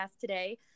today